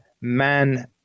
man